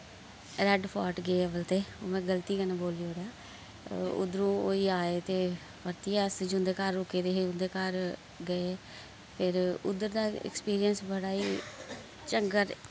red Fort गे अब्बल ते मैं गलती कन्नै बो्ल्ली ओड़ेआ उद्धरों होइयै आए ते परतियै अस जुंदे घर रुके दे हे उं'दे घर गे फिर उद्धर दा एक्सपीरियंस बड़ा ही चंगा रे